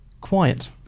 quiet